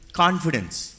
confidence